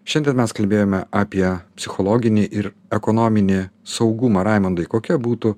šiandien mes kalbėjome apie psichologinį ir ekonominį saugumą raimundai kokia būtų